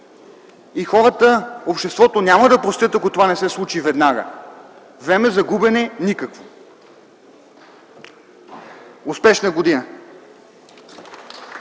и хората, обществото, няма да простят, ако това не се случи веднага. Време за губене никакво! Успешна година!